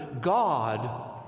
God